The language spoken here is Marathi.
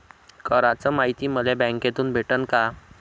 कराच मायती मले बँकेतून भेटन का?